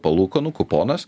palūkanų kuponas